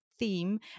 theme